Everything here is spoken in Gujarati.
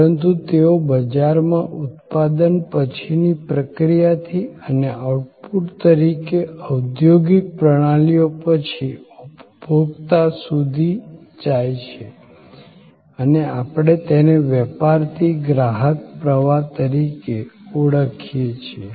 પરંતુ તેઓ બજારમાં ઉત્પાદન પછીની પ્રક્રિયાથી અને આઉટપુટ તરીકે ઔદ્યોગિક પ્રણાલીઓ પછી ઉપભોક્તા સુધી જાય છે અને આપણે તેને વેપારથી ગ્રાહક પ્રવાહ તરીકે ઓળખીએ છીએ